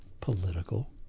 political